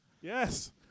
Yes